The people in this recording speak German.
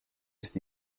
ist